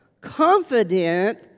confident